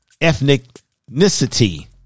ethnicity